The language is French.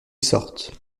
sortent